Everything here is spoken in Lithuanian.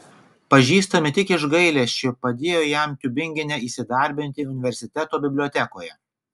pažįstami tik iš gailesčio padėjo jam tiubingene įsidarbinti universiteto bibliotekoje